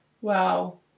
wow